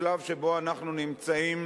השלב שבו אנחנו נמצאים,